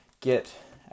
get